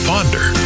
Ponder